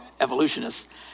evolutionists